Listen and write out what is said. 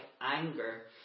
anger